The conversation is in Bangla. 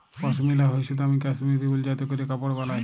পশমিলা হইসে দামি কাশ্মীরি উল যাতে ক্যরে কাপড় বালায়